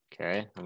Okay